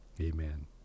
amen